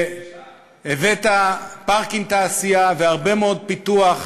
הבאת פארק תעשייה והרבה מאוד פיתוח,